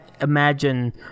imagine